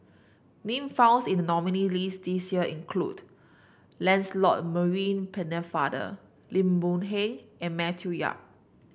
name founds in the nominees' list this year include Lancelot Maurice Pennefather Lim Boon Heng and Matthew Yap